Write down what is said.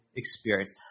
experience